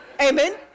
Amen